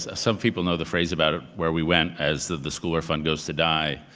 some people know, the phrase about where we went as the school where fun goes to die.